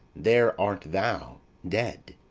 there art thou dead.